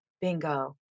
Bingo